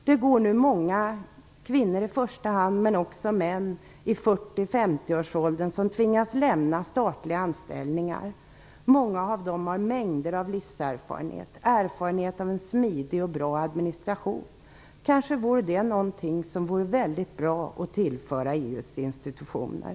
Det går nu många i första hand kvinnor men också män i 40 och 50-års åldern som tvingas lämna statliga anställningar. Många av dem har mängder av livserfarenhet och erfarenhet av en smidig och bra administration. Kanske vore det någonting som vore väldigt bra att tillföra EU:s institutioner?